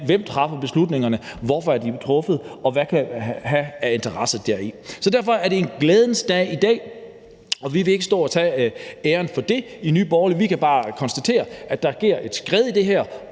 der træffer beslutningerne, hvorfor de er blevet truffet, og hvad kan vi have af interesse deri? Så derfor er det en glædens dag i dag, og vi vil ikke stå og tage æren for det i Nye Borgerlige. Vi kan bare konstatere, at der sker et skred her.